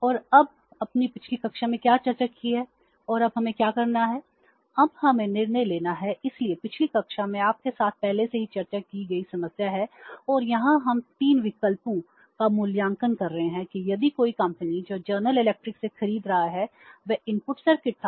और अब आपने पिछली कक्षा में क्या चर्चा की है और अब हमें क्या करना है अब हमें निर्णय लेना है इसलिए पिछली कक्षा में आपके साथ पहले से ही चर्चा की गई समस्या है और यहाँ हम 3 विकल्पों का मूल्यांकन कर रहे हैं कि यदि कोई कंपनी जो जनरल इलेक्ट्रिक सर्किट था